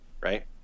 Right